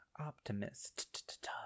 Optimist